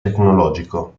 tecnologico